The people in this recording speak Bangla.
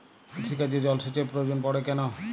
কৃষিকাজে জলসেচের প্রয়োজন পড়ে কেন?